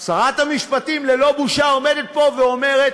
שרת המשפטים, ללא בושה עומדת פה ואומרת: